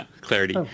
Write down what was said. Clarity